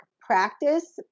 practice